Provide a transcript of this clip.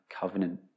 covenant